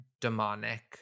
demonic